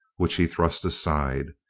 which he thrust aside.